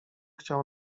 chciał